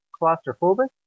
claustrophobic